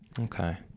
Okay